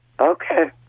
Okay